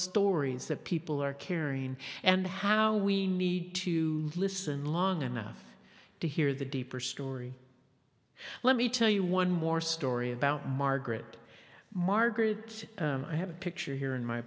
stories that people are carrying and how we need to listen long enough to hear the deeper story let me tell you one more story about margaret margaret i have a picture here in my